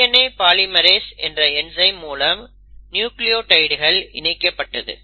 DNA polymerase என்ற enzyme மூலம் நியூக்ளியோடைட்கள் இணைக்கப்பட்டது